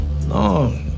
No